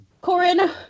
Corin